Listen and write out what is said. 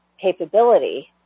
capability